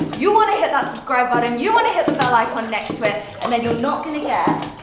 you want to hit that subscribe button. you want to hit the bell icon next to it, and then you're not gonna get.